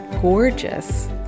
gorgeous